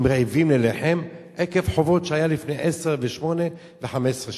הם רעבים ללחם עקב חובות שהיו לפני עשר ושמונה ו-15 שנה.